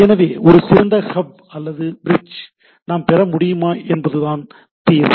எனவே ஒரு சிறந்த ஹப் அல்லது பிரிட்ஜ் நாம் பெற முடியுமா என்பதுதான் தீர்வு